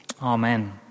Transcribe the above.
Amen